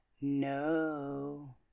No